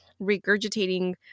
regurgitating